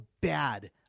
bad